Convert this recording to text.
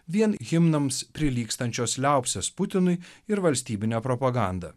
vien himnams prilygstančios liaupsės putinui ir valstybinė propaganda